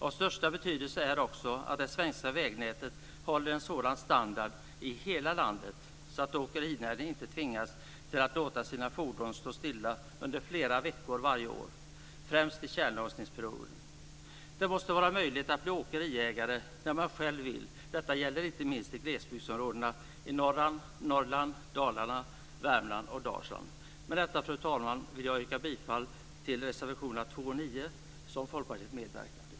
Av största betydelse är också att det svenska vägnätet håller en sådan standard i hela landet att åkerinäringen inte tvingas låta sina fordon stå stilla under flera veckor varje år, främst under tjällossningsperioden. Det måste vara möjligt att bli åkeriägare där man själv vill. Detta gäller inte minst i glesbygdsområdena i norra Norrland, Dalarna, Värmland och Dalsland. Med detta, fru talman, yrkar jag bifall till reservationerna 2 och 9 som Folkpartiet medverkat till.